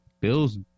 Bills